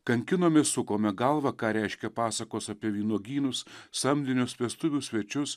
kankinomės sukome galvą ką reiškia pasakos apie vynuogynus samdinius vestuvių svečius